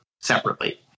separately